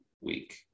week